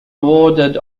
awarded